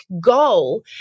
goal